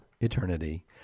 eternity